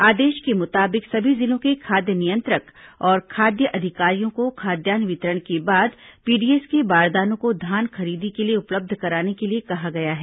आदेश के मुताबिक सभी जिलों के खाद्य नियत्रंक और खाद्य अधिकारियों को खाद्यान्न वितरण के बाद पीडीएस के बारदानों को धान खरीदी के लिए उपलब्ध कराने के लिए कहा गया है